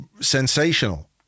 sensational